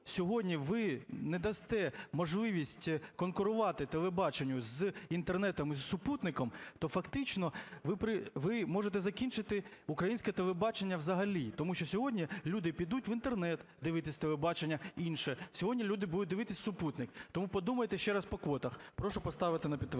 сьогодні ви не дасте можливість конкурувати телебаченню з Інтернетом і з супутником, то фактично ви можете закінчити українське телебачення взагалі. Тому що сьогодні люди підуть в Інтернет дивитися телебачення інше, сьогодні люди будуть дивитися супутник. Тому подумайте ще раз по квотах. Прошу поставити на підтвердження.